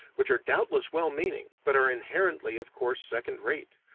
which are doubtless well-meaning but are inherently of course second-rate,